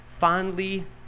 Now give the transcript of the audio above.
fondly